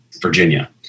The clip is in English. Virginia